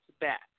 back